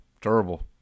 Terrible